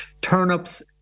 Turnips